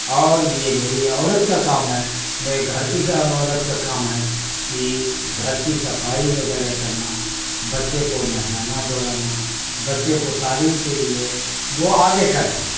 اور یہ میری عورت کا کام ہے میں گھر کی عورت کا کام ہے کہ گھر کی صفائی وغیرہ کرنا بچے کو نہلانا دھلانا بچے کو تعلیم کے لیے وہ آگے کرنا